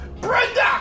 Brenda